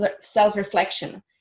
self-reflection